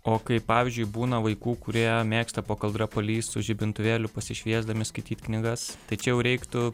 o kai pavyzdžiui būna vaikų kurie mėgsta po kaldra palįst su žibintuvėliu pasišviesdami skaityt knygas tai čia jau reiktų